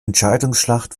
entscheidungsschlacht